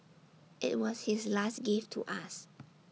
IT was his last gift to us